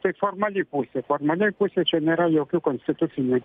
tai formali pusė formalioj pusėj čia nėra jokių konstitucinių